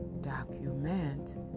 document